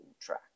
track